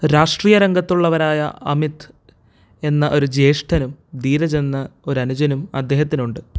രാഷ്ട്രീയ രംഗത്തുള്ളവരായ അമിത് എന്ന ഒരു ജ്യേഷ്ഠനും ധീരജെന്ന ഒരനുജനും അദ്ദേഹത്തിനുണ്ട്